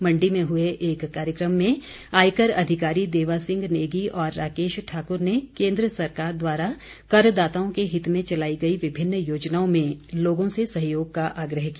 मण्डी में हुए एक कार्यक्रम में आयकर अधिकारी देवासिंह नेगी और राकेश ठाकुर ने केन्द्र सरकार द्वारा कर दाताओं के हित में चलाई गई विभिन्न योजनाओं में लोगों से सहयोग का आग्रह किया